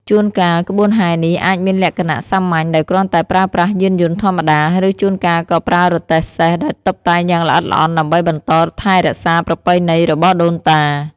ជួនកាលក្បួនហែរនេះអាចមានលក្ខណៈសាមញ្ញដោយគ្រាន់តែប្រើប្រាស់យានយន្តធម្មតា ឬជួនកាលក៏ប្រើរទេះសេះដែលតុបតែងយ៉ាងល្អិតល្អន់ដើម្បីបន្តថែរក្សាប្រពៃណីរបស់ដូនតា។